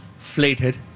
flated